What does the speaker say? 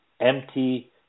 empty